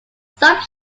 some